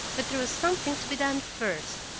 but there was something to be done first.